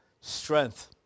strength